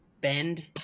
bend